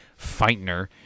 Feitner